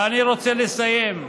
ואני רוצה לסיים,